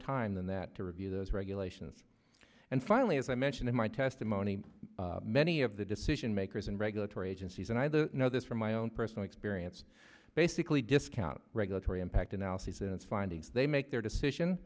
time than that to review those regulations and finally as i mentioned in my testimony many of the decision makers and regulatory agencies and i know this from my own personal experience basically discount regulatory impact analyses and findings they make their decision